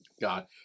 God